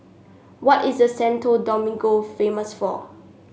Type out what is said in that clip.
what is the Santo Domingo famous for